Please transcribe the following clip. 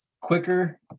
quicker